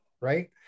right